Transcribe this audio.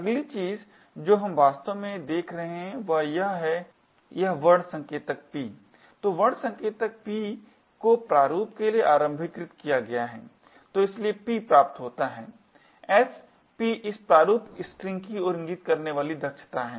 अगली चीज़ जो हम वास्तव में देख रहे हैं वह है यह वर्ण संकेतक p तो वर्ण संकेतक p को प्रारुप के लिए आरंभीकृत किया गया है तो इसलिए p प्राप्त होता है s p इस प्रारूप स्ट्रिंग की ओर इंगित करने वाली दक्षता है